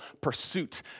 pursuit